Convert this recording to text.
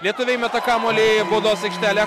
lietuviai įmeta kamuolį į baudos aikštelę